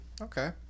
Okay